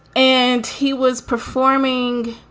and he was performing.